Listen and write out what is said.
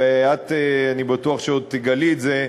ואני בטוח שעוד תגלי את זה,